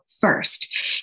first